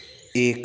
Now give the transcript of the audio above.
एक